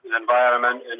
environment